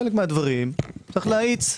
חלק מהדברים יש להאיץ,